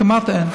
כמעט אין.